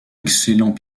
excellent